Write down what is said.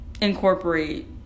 incorporate